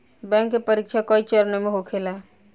bank के परीक्षा कई चरणों में होखेला